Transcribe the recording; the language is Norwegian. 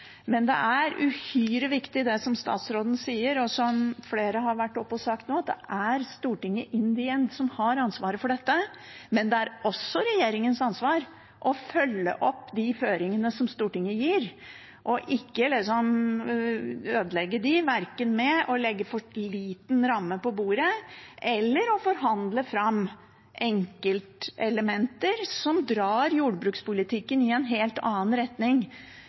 Men det er uhyre viktig, det som statsråden sier, og som flere har vært oppe og sagt nå, at det er Stortinget som «in the end» har ansvaret for dette. Men det er også regjeringens ansvar å følge opp de føringene som Stortinget gir, og ikke ødelegge dem, verken ved å legge for liten ramme på bordet eller ved å forhandle fram enkeltelementer som drar jordbrukspolitikken i en helt annen retning